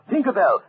Tinkerbell